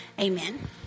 amen